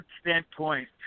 standpoint